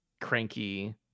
cranky